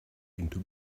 into